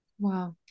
Wow